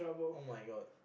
[oh]-my-god